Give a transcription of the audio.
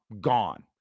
gone